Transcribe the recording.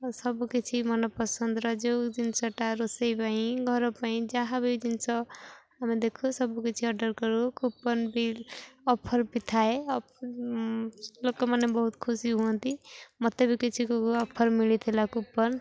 ସବୁକିଛି ମନ ପସନ୍ଦର ଯେଉଁ ଜିନିଷଟା ରୋଷେଇ ପାଇଁ ଘର ପାଇଁ ଯାହା ବି ଜିନିଷ ଆମେ ଦେଖୁ ସବୁକିଛି ଅର୍ଡ଼ର୍ କରୁ କୁପନ୍ ବି ଅଫର୍ ବି ଥାଏ ଲୋକମାନେ ବହୁତ ଖୁସି ହୁଅନ୍ତି ମତେ ବି କିଛି ଅଫର୍ ମିଳିଥିଲା କୁପନ୍